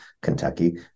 Kentucky